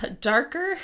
Darker